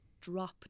drop